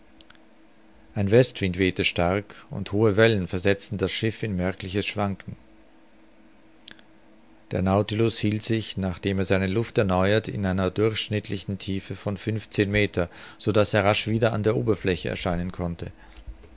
ein westwind wehte stark und hohe wellen versetzten das schiff in merkliches schwanken der nautilus hielt sich nachdem er seine luft erneuert in einer durchschnittlichen tiefe von fünfzehn meter so daß er rasch wieder an der oberfläche erscheinen konnte